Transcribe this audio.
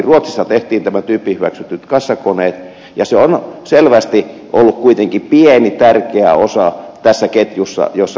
ruotsissa tehtiin tyyppihyväksytyt kassakoneet ja se on selvästi ollut kuitenkin pieni tärkeä osa tässä ketjussa jossa mennään